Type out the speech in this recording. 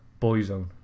Boyzone